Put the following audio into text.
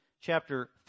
chapter